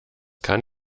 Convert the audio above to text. kann